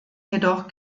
jedoch